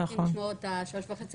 כי לפי חוק רק מהתזרים הראשון בשנה